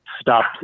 stopped